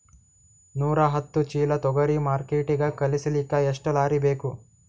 ನೂರಾಹತ್ತ ಚೀಲಾ ತೊಗರಿ ಮಾರ್ಕಿಟಿಗ ಕಳಸಲಿಕ್ಕಿ ಎಷ್ಟ ಲಾರಿ ಬೇಕು?